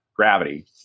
gravity